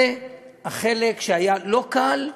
זה החלק שהיה לא קל,